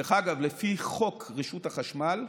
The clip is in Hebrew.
דרך אגב, לפי חוק רשות החשמל,